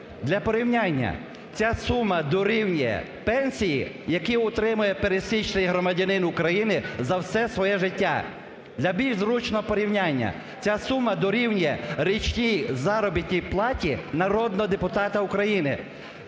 Для порівняння: ця сума дорівнює пенсії, яку отримує пересічний громадянин України за все своє життя. Для більш зручного порівняння, ця сума дорівнює річній заробітній платі народного депутата України.